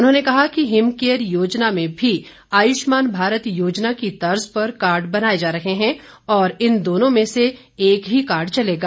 उन्होंने कहा कि हिम केयर योजना में भी आयुष्मान भारत योजना की तर्ज पर कार्ड बनाएं जा रहे है और इन दोनों में से एक ही कार्ड चलेगा